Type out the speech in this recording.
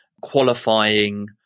qualifying